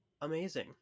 amazing